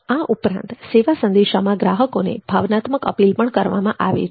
આ ઉપરાંત સેવા સંદેશામાં ગ્રાહકોને ભાવનાત્મક અપીલ પણ કરવામાં આવે છે